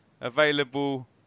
available